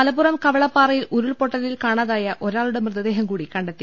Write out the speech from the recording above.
മലപ്പുറം കവളപ്പാറയിൽ ഉരുൾപൊട്ടലിൽ കാണാതായ ഒരാളുടെ മൃതദേഹംകൂടി കണ്ടെത്തി